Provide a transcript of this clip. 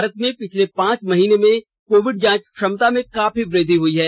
भारत में पिछले पांच महीनों में कोविड जांच क्षमता में काफी वृद्धि हुई है